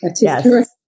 Yes